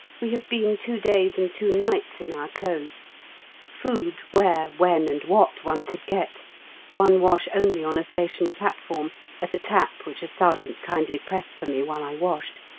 we have been two days and two nights in our clothes food where, when, and what one could get one wash only on a station platform at a tap which a sergeant kindly pressed for me while i washed!